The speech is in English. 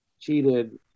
cheated